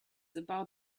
about